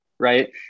Right